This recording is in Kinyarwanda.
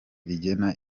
rigena